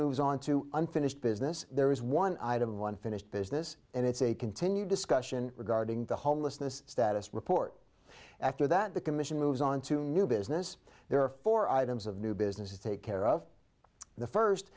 moves on to unfinished business there is one item one finished business and it's a continued discussion regarding the homelessness status report after that the commission moves on to new business there are four items of new business to take care of the first